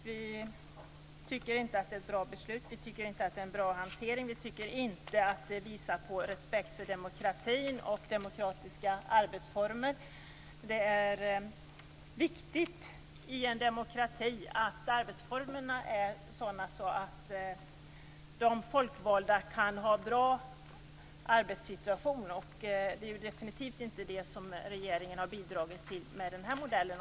Vi tycker inte att det är ett bra beslut. Vi tycker inte att det är en bra hantering. Vi tycker inte att det visar respekt för demokratin och demokratiska arbetsformer. I en demokrati är det viktigt att arbetsformerna är sådana att de folkvalda har en bra arbetssituation. Det har regeringen definitivt inte bidragit till med den här modellen.